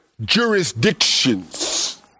jurisdictions